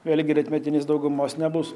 vėlgi rytmetinės daugumos nebus